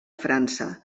frança